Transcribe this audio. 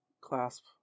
clasp